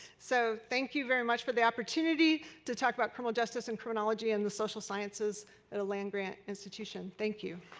so thank you very much for the opportunity to talk about criminal justice and criminology in the social sciences at the land grant institution. thank you.